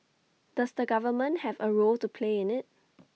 does the government have A role to play in IT